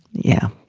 yeah.